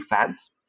fans